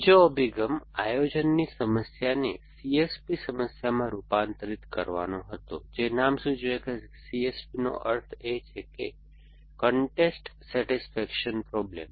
બીજો અભિગમ આયોજનની સમસ્યાને CSP સમસ્યામાં રૂપાંતરિત કરવાનો હતો જે નામ સૂચવે છે કે CSP નો અર્થ એ છે કે કોન્સ્ટન્ટ સેટિસ્ફેક્શન પ્રોબ્લેમ